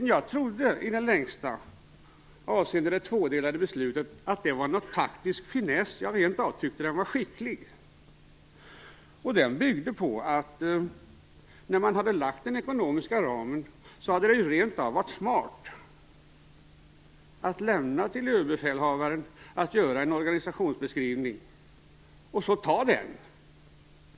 Jag trodde i det längsta, försvarsministern, att det tvådelade beslutet var en taktisk finess. Jag tyckte rent av att det var skickligt. Det byggde på att, när man hade lagt den ekonomiska ramen hade det rent av varit smart att lämna till Överbefälhavaren att göra en organisationsbeskrivning och ta den.